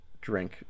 drink